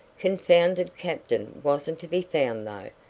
confounded captain wasn't to be found though.